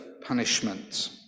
punishment